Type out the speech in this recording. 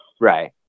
right